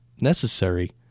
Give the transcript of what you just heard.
necessary